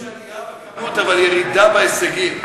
יש עלייה במספר אבל ירידה בהישגים.